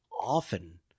often